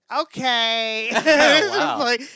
Okay